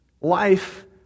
Life